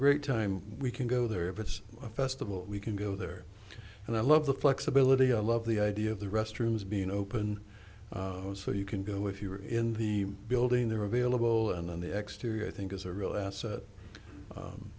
great time we can go there if it's a festival we can go there and i love the flexibility i love the idea of the restrooms being open so you can go if you are in the building they're available and then the exteriors i think is a real asset